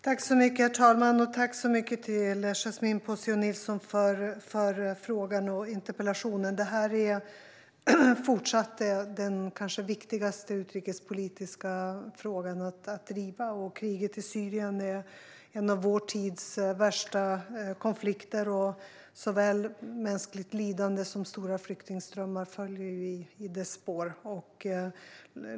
Herr talman! Tack så mycket, Yasmine Posio Nilsson, för interpellationen! Detta är även fortsättningsvis den kanske viktigaste utrikespolitiska frågan att driva. Kriget i Syrien är en av vår tids värsta konflikter, och såväl mänskligt lidande som stora flyktingströmmar följer i dess spår.